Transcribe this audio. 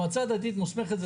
אתה